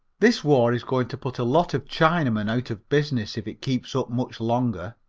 this war is going to put a lot of chinamen out of business if it keeps up much longer.